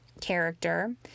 character